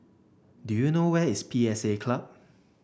do you know where is P S A Club